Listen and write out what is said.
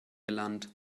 gelangt